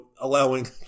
allowing